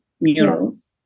murals